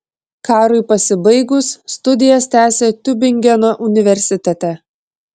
karui pasibaigus studijas tęsė tiubingeno universitete